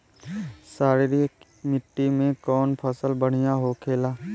क्षारीय मिट्टी में कौन फसल बढ़ियां हो खेला?